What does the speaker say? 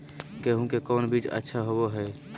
गेंहू के कौन बीज अच्छा होबो हाय?